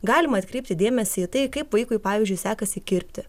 galima atkreipti dėmesį į tai kaip vaikui pavyzdžiui sekasi kirpti